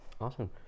Awesome